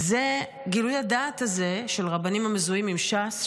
גילוי הדעת הזה של רבנים המזוהים עם ש"ס,